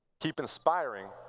keep inspiring.